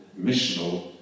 missional